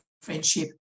friendship